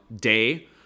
day